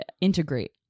integrate